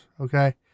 okay